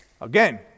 Again